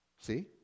see